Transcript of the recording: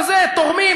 תורמים,